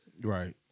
Right